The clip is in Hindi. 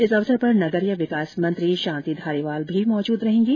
इस अवसर नगरीय विकास मंत्री शांति धारीवाल भी मौजूद रहेंगे